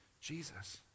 Jesus